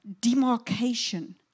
demarcation